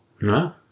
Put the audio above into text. No